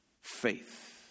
faith